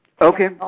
Okay